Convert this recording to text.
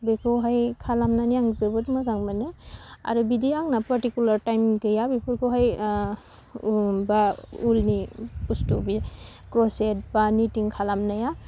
बेखौहाय खालामनानै आं जोबोद मोजां मोनो आरो बिदि आंना फारटिकुलार टाइम गैया बेफोरखौहाय ओह उल बा उलनि बस्थु बि क्लसेट बा निथिं खालामनाया